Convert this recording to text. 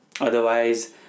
Otherwise